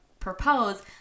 propose